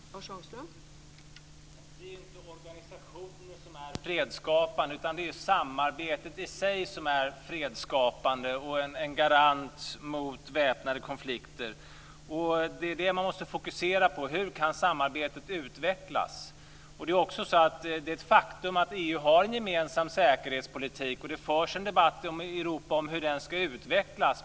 Fru talman! Det är inte organisationen som är fredsskapande, utan det är samarbetet i sig som är fredsskapande och en garant mot väpnade konflikter. Vad man måste fokusera på är alltså hur samarbetet kan utvecklas. Det är ett faktum att EU har en gemensam säkerhetspolitik, och det förs en debatt i Europa om hur den ska utvecklas.